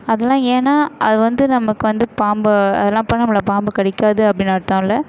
அதலாம் ஏன்னால் அது வந்து நமக்கு வந்து பாம்பு அதலாம் பண்ணிணா நம்மளை பாம்பு கடிக்காது அப்படின்னு அர்த்தம் இல்லை